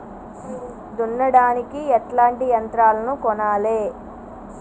దున్నడానికి ఎట్లాంటి యంత్రాలను కొనాలే?